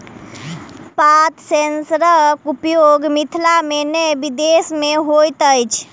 पात सेंसरक उपयोग मिथिला मे नै विदेश मे होइत अछि